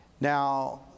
Now